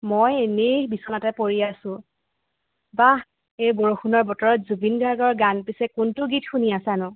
মই এনেই বিচনাতে পৰি আছো বাহ এই বৰষুণৰ বতৰত জুবিন গাৰ্গৰ গান পিছে কোনটো গীত শুনি আছানো